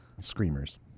Screamers